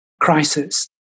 crisis